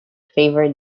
favor